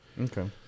Okay